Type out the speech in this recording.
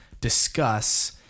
discuss